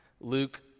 Luke